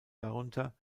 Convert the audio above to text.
darunter